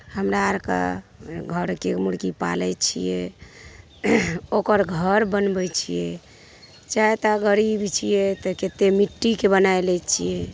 हमरा आर कऽ घरके मुर्गी पालैत छियै ओकर घर बनबै छियै चाहे तऽ गरीब छियै तऽ केत्तेक मिट्टीके बनाइ लै छियै